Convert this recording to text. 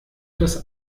das